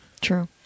True